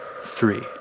three